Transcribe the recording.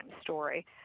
story